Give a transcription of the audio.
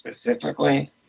specifically